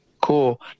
cool